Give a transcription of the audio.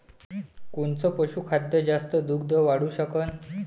कोनचं पशुखाद्य जास्त दुध वाढवू शकन?